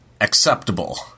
Acceptable